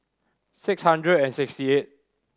six hundred and sixty eight